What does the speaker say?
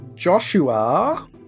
Joshua